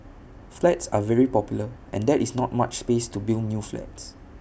flats are very popular and there is not much space to build new flats